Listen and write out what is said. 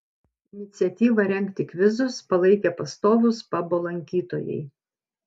iniciatyvą rengti kvizus palaikė pastovūs pabo lankytojai